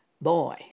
boy